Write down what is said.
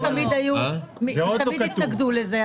תמיד התנגדו לזה.